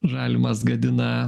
žalimas gadina